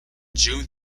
june